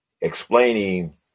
explaining